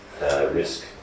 risk